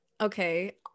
Okay